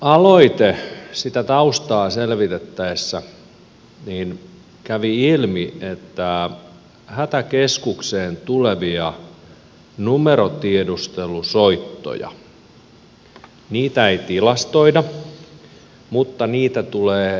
tämän aloitteen taustaa selvitettäessä kävi ilmi että hätäkeskukseen tulevia numerotiedustelusoittoja ei tilastoida mutta niitä tulee huomattavissa määrin